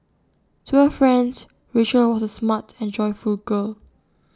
to her friends Rachel was A smart and joyful girl